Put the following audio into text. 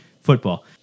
Football